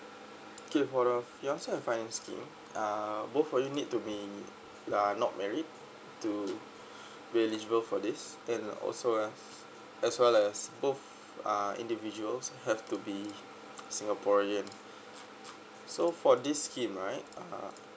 okay for your both finance scheme uh both of you need to be uh not married to eligible for this and also uh as well as both are individuals have to be singaporean so for this scheme right uh